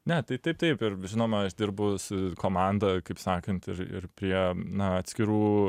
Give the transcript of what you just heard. ne tai taip taip ir žinoma aš dirbu su komanda kaip sakant ir ir prie na atskirų